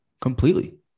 Completely